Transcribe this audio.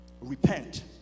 Repent